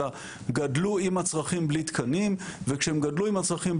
אלא גדלו עם הצרכים בלי תקנים וכשהם גדלו עם הצרכים,